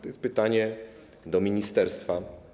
To jest pytanie do ministerstwa.